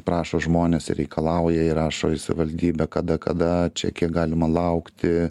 prašo žmonės ir reikalauja ir rašo į savaldybę kada kada čia kiek galima laukti